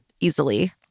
easily